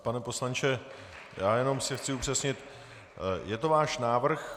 Pane poslanče, jenom si chci upřesnit, je to váš návrh?